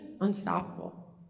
unstoppable